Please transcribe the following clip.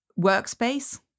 workspace